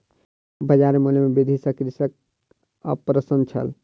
बजार मूल्य में वृद्धि सॅ कृषक अप्रसन्न छल